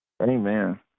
Amen